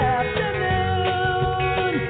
afternoon